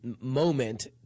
moment